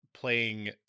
playing